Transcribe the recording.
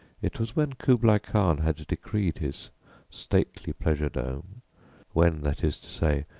it was when kubla khan had decreed his stately pleasure dome when, that is to say,